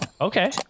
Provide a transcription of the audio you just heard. okay